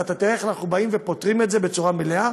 ואתה תראה איך אנחנו פותרים את זה בצורה מלאה.